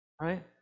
right